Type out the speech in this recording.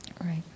right